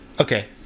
Okay